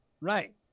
Right